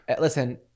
Listen